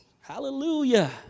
hallelujah